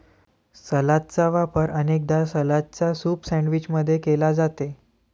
सलादचा वापर अनेकदा सलादच्या सूप सैंडविच मध्ये केला जाते